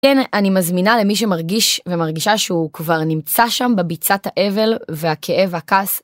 כן אני מזמינה למי שמרגיש ומרגישה שהוא כבר נמצא שם בביצת האבל והכאב והכעס.